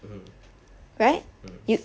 mmhmm mm